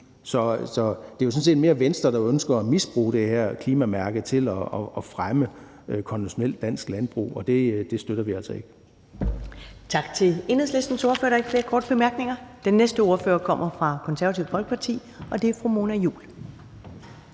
Så det er jo sådan set mere Venstre, der ønsker at misbruge det her klimamærke til at fremme konventionelt dansk landbrug, og det støtter vi altså ikke. Kl. 13:20 Første næstformand (Karen Ellemann): Tak til Enhedslistens ordfører. Der er ikke flere korte bemærkninger. Den næste ordfører kommer fra Det Konservative Folkeparti, og det er fru Mona Juul.